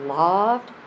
loved